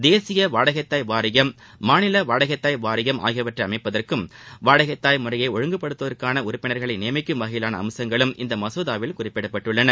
தேசிய வாடகை தாய் வாரியம் மாநில வாடகை தாய் வாரியம் ஆகியவற்றை அமைப்பதற்கும் வாடகை தாய் முறையை ஒழுங்குபடுத்துவதற்கான உறுப்பினர்களை நியமிக்கும் வகையிலான அம்சங்களும் இம்மசோதாவில் குறிப்பிடப்பட்டுள்ளது